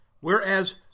Whereas